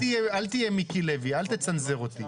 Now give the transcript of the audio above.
אל תהיה מיקי לוי, אל תצנזר אותי.